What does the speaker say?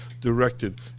directed